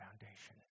foundation